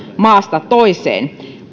maasta toiseen